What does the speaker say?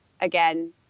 again